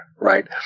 right